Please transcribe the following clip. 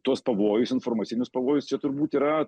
tuos pavojus informacinius pavojus čia turbūt yra